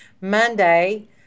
Monday